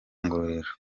ngororero